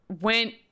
went